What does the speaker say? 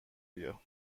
بیا